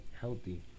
healthy